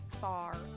far